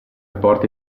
porte